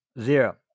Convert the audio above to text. Zero